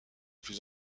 plus